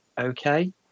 okay